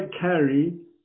carry